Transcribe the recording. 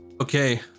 Okay